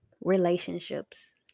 relationships